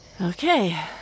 Okay